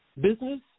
Business